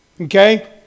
okay